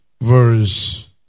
Verse